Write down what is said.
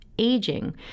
aging